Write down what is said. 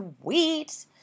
sweet